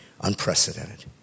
unprecedented